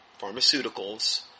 pharmaceuticals